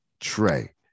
Trey